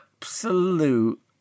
absolute